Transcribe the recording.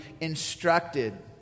instructed